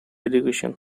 education